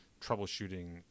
troubleshooting